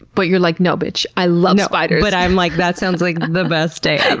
but you're like, no, bitch. i love spiders. but i'm like, that sounds like the best day but